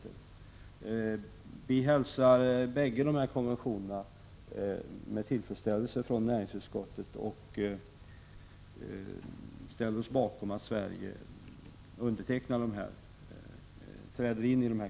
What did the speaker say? Näringsutskottet hälsar bägge konventionerna med tillfredsställelse, och vi ställer oss bakom att Sverige biträder dem.